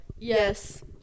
Yes